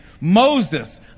Moses